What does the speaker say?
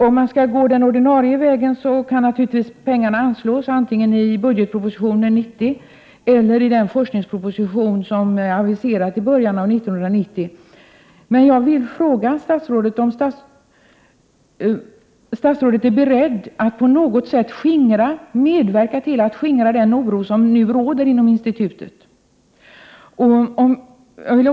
Skall man Öm ökade resurser till gå den ER er See pengarna anslås antingen Re statens institut för psypropositionen eller i den forskningsproposition som är aviserad til kosocialmiljörnedicin början av 1990. Ärstatsrådet beredd att på något sätt medverka till att skingra den oro som nu råder inom institutet?